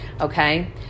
Okay